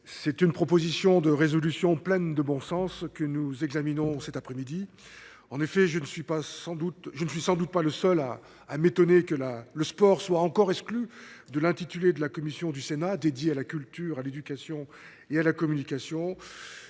c’est une proposition de résolution pleine de bon sens que nous examinons. Je ne suis sans doute pas le seul, en effet, à m’étonner que le sport soit encore exclu de l’intitulé de la commission du Sénat dédiée à la culture, à l’éducation et à la communication.